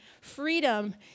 freedom